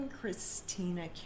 Christina